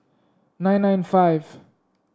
nine nine five